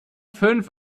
fünf